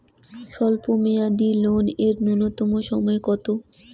স্বল্প মেয়াদী লোন এর নূন্যতম সময় কতো?